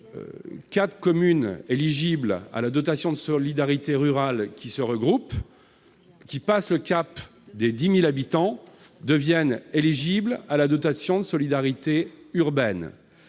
communes éligibles à la dotation de solidarité rurale, la DSR, se regroupent et passent le cap des 10 000 habitants, elles deviennent éligibles à la dotation de solidarité urbaine,